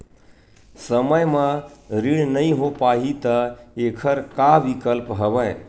समय म ऋण नइ हो पाहि त एखर का विकल्प हवय?